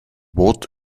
what